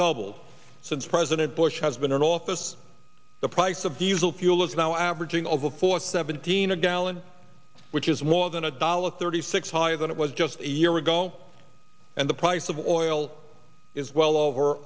doubled since president bush has been in office the price of diesel fuel is now averaging over four seventeen a gallon which is more than a dollar thirty six higher than it was just a year ago and the price of oil is well over